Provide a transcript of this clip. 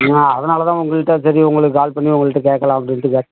ஆ அதனால் தான் உங்கள்கிட்ட சரி உங்களுக்கு கால் பண்ணி உங்கள்கிட்ட கேட்கலாம் அப்படின்ட்டு கே